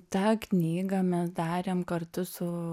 tą knygą mes darėm kartu su